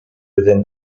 within